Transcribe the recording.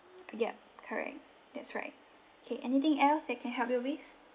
yup correct that's right K anything else that I can help you with